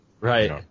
Right